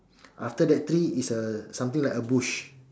after that tree is uh something like a bush